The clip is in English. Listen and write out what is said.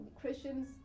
Christians